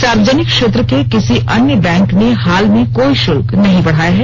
सार्वजनिक क्षेत्र के किसी अन्य बैंक ने हाल में कोई शल्क नहीं बढ़ाया है